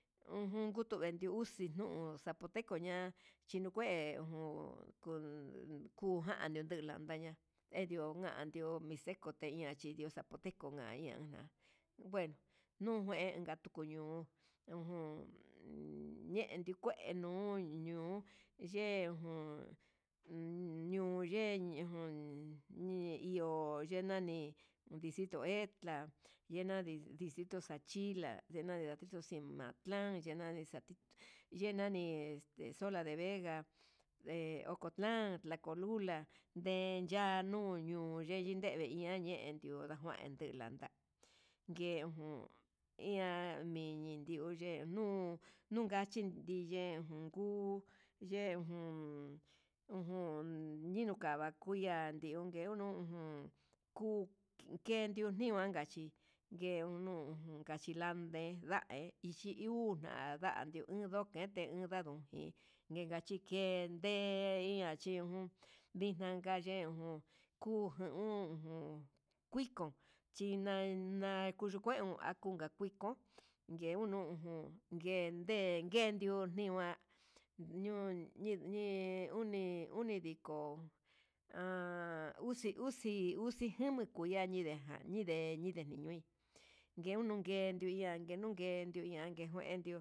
Ujun ngute nguedio uxii nuu zapoteco ña chinukue jun ku kujano lenda'a landaya endio kandio teko xhindia chi zapoteco nga ian nguenu nujen katuku ñuu he ujun ñe tukue nuu ñuu ye uun nuu ye'e jun ñe ihó yenani ndicito etla ye nani ndicito xachila denani ximaclan yenani ngatu yenani sola de vega, de ocotlan, tlacolula ndeya nduñu ndeyevi dadendio ngue jun iha ndeyendu yenuu nunka chí ndiye jun ju yejun ujun ñinukava kundia yenda ndi'ó nguenu jun kuka yindava chí ndejun unka chilan nde nde hichi una nda'a ndio unkete iho nado'o, ngue inka chi ngue nde inka chi uun ndinu ka ye'e uun kuja hu jun uiko chinana ngueun inak kinko ngue unu ujun nguen ngue nguendio ningua ño ñe'e uni uni ndiko ha uxi uxi, uxi jama kuña ñinde ka ñinde ñinde ñinoi ndundun ngue nduandi nungue ñajen kuendio.